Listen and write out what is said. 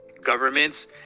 governments